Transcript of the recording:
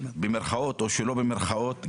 במרכאות או שלא במרכאות,